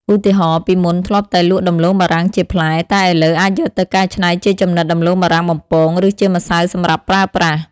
ឧទាហរណ៍ ពីមុនធ្លាប់តែលក់ដំឡូងបារាំងជាផ្លែ តែឥឡូវអាចយកទៅកែច្នៃជាចំណិតដំឡូងបារាំងបំពង ឬជាម្សៅសម្រាប់ប្រើប្រាស់។